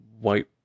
White